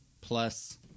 Plus